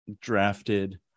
drafted